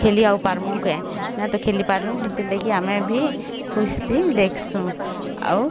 ଖେଳି ଆଉ ପାର୍ମୋ କେ ନା ତ ଖେ ପାରୁଁ ସେଥି ଲାଗି ଆମେ ବି ଖୁସି ତି ଦେଖ୍ସୁଁ ଆଉ